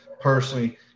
personally